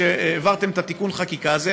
כשהעברתם את תיקון החקיקה הזה,